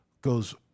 goes